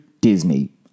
Disney